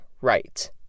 right